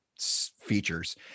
features